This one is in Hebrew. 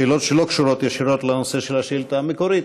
שאלות שלא קשורות ישירות לנושא של השאילתה המקורית,